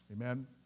amen